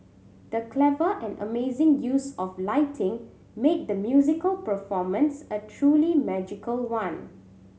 the clever and amazing use of lighting made the musical performance a truly magical one